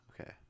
Okay